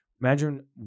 imagine